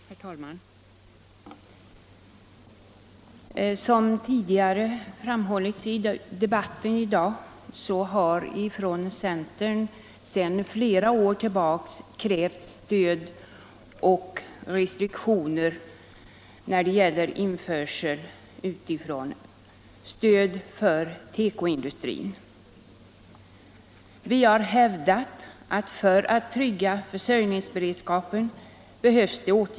Herr talman! Som tidigare framhållits i debatten i dag har centern sedan flera år tillbaka krävt stöd för tekoindustrin och restriktioner när det gäller införsel av tekoprodukter. Vi har hävdat att det behövs åtgärder för att trygga försörjningsberedskapen.